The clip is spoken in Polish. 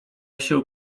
się